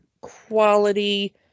quality